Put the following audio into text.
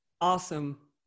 awesome